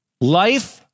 life